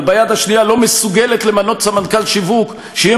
אבל ביד השנייה לא מסוגלת למנות סמנכ"ל שיווק שיהיה